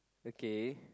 okay